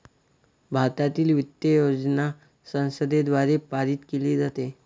भारतातील वित्त योजना संसदेद्वारे पारित केली जाते